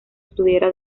estuviera